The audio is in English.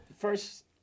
first